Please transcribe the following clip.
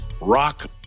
Rock